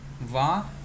Va